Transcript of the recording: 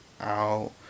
out